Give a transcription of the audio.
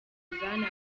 bwana